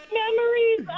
memories